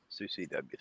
CCW